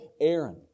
Aaron